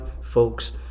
folks